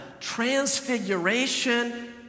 transfiguration